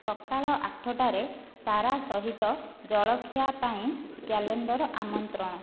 ସକାଳ ଆଠଟାରେ ସାରା ସହିତ ଜଳଖିଆ ପାଇଁ କ୍ୟାଲେଣ୍ଡର ଆମନ୍ତ୍ରଣ